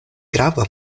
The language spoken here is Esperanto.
grava